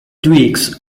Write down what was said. tweaks